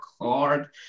hard